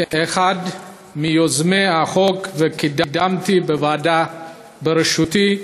כאחד מיוזמי החוק, קידמתי בוועדה בראשותי,